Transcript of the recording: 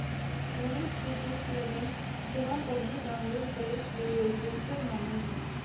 भविष्य के प्रूफ लगी जमा पर्ची डाउनलोड करे ल बेहतर मानल जा हय